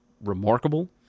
remarkable